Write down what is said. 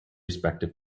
respective